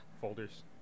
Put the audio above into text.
folders